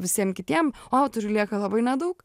visiem kitiem o autoriui lieka labai nedaug